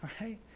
right